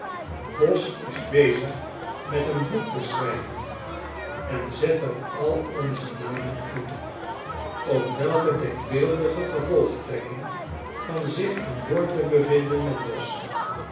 boz is bezig met een boek te schrijven en zet er al onze namen in op welke denkbeeldige gevolgtrekking van zich aan boord te bevinden met boz